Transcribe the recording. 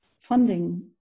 funding